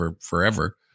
forever